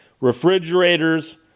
Refrigerators